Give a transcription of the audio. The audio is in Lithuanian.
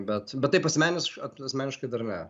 bet bet taip asmeniškai asmeniškai dar ne